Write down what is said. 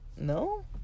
No